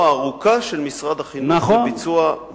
הארוכה של משרד החינוך לביצוע מטלות שונות.